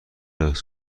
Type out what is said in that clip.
حفظ